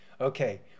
Okay